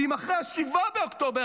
ואם אחרי 7 באוקטובר,